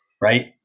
Right